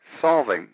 solving